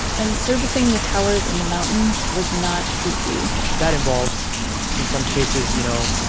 and servicing the towers in the mountains was not easy that involves in some cases, you know,